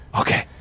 Okay